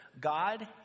God